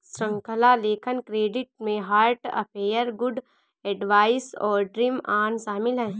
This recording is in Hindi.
श्रृंखला लेखन क्रेडिट में हार्ट अफेयर, गुड एडवाइस और ड्रीम ऑन शामिल हैं